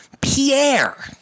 Pierre